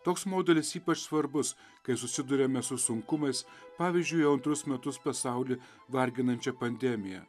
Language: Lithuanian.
toks modelis ypač svarbus kai susiduriame su sunkumais pavyzdžiui jau antrus metus pasaulį varginančia pandemija